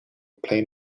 plain